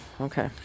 okay